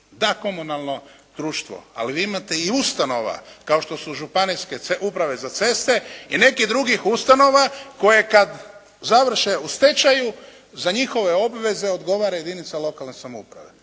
da, komunalno društvo, ali vi imate i ustanova kao što su uprave za ceste i nekih drugih ustanova koje kada završe u stečaju za njihove obveze odgovara jedinica lokalne samouprave.